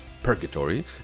Purgatory